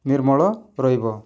ନିର୍ମଳ ରହିବ